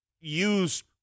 use